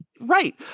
Right